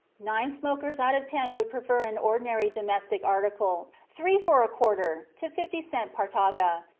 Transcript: nine smokers out of ten would prefer an ordinary domestic article, three for a quarter, to a fifty-cent partaga,